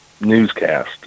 newscast